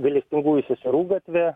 gailestingųjų seserų gatve